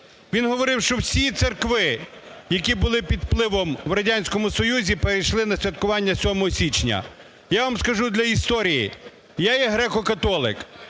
Він говорив, що всі церкви, які були під впливом у Радянському Союзі, перейшли на святкування 7 січня. Я вам скажу для історії, я є греко-католик,